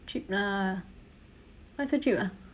cheap lah why so cheap ah